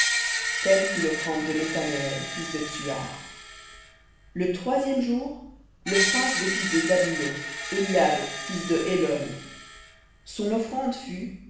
telle fut l'offrande de nethaneël fils de tsuar le troisième jour le prince des fils de zabulon éliab fils de hélon son offrande fut